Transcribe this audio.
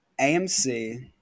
AMC